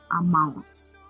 amounts